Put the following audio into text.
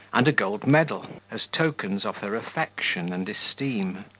and a gold medal, as tokens of her affection and esteem.